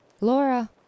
Laura